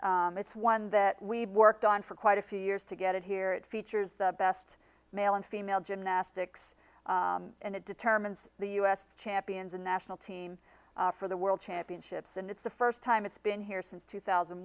event it's one that we've worked on for quite a few years to get here it features the best male and female gymnastics and it determines the u s champions a national team for the world championships and it's the first time it's been here since two thousand